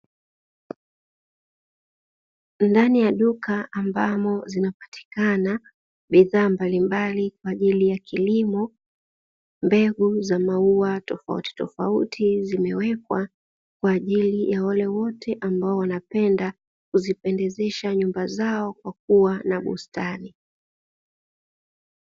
Ndani ya duka ambamo zinapatikana bidhaa mbalimbali kwa ajili ya kilimo, mbegu za maua tofauti tofauti zimewekwa kwa ajili ya wale wote ambao wanapenda kuzipendezesha nyumba zao kwa kuwa na bustani.